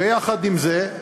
ויחד עם זה,